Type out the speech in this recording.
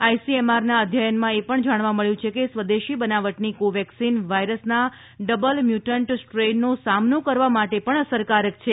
આઈસીએમઆરના અધ્યયનમાં એ પણ જાણવા મબ્યું કે સ્વદેશી બનાવટની કોવેક્સિન વાયરસના ડબલ મ્યુટેન્ટ સ્ટ્રેઈનનો સામનો કરવા માટે પણ અસરકારક છે